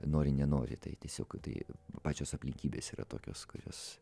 nori nenori tai tiesiog tai pačios aplinkybės yra tokios kurias